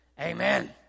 amen